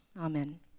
Amen